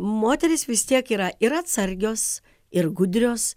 moterys vis tiek yra ir atsargios ir gudrios